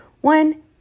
one